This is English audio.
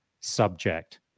subject